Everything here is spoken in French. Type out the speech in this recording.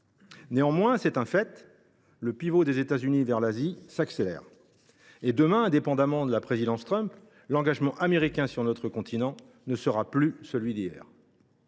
pas moins : le pivot des États Unis vers l’Asie s’accélère. Et demain, indépendamment de la présidence Trump, l’engagement américain sur notre continent ne sera plus celui d’hier.